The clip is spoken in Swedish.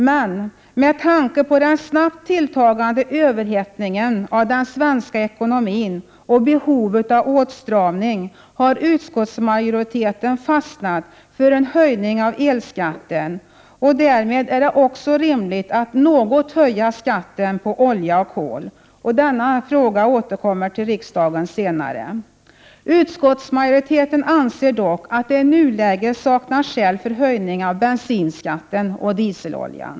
Men med tanke på den snabbt tilltagande överhettningen av den svenska ekonomin och behovet av åtstramning har utskottsmajoriteten fastnat för en höjning av elskatten, och därmed är det också rimligt att något höja skatten på olja och kol. Denna fråga återkommer till riksdagen vid en senare tidpunkt. Utskottsmajoriteten anser dock att det i nuläget saknas skäl för höjning av skatten på bensin och dieselolja.